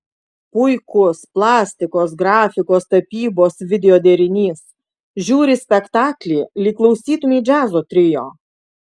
puikus plastikos grafikos tapybos video derinys žiūri spektaklį lyg klausytumei džiazo trio